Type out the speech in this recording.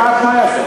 מה התנאי הזה?